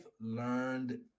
Learned